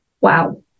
wow